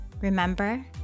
remember